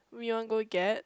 when are you going to get